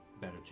better